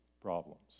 problems